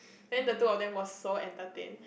then the two of them were so entertained